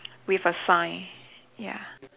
with a sign ya